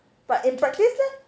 but in practice leh